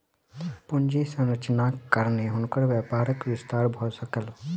पूंजी संरचनाक कारणेँ हुनकर व्यापारक विस्तार भ सकल